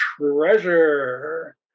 treasure